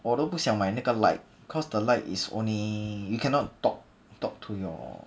我都不想买那个 lite because the lite is only you cannot talk talk to your